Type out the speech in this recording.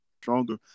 stronger